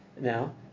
Now